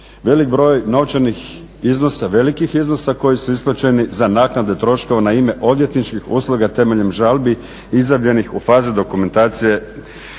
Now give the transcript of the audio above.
velik broj novčanih iznosa, velikih iznosa, koji su isplaćeni za naknade troškova na ime odvjetničkih usluga temeljem žalbi izjavljenih u fazi dokumentacije